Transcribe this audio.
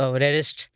rarest